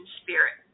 spirit